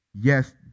Yes